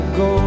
go